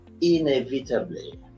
Inevitably